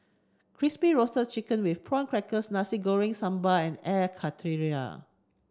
Crispy Roasted Chicken with Prawn Crackers Nasi Goreng Sambal and Air Karthira